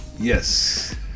yes